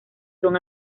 son